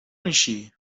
میشی